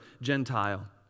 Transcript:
Gentile